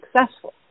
successful